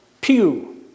pew